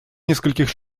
нескольких